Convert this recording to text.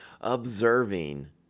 observing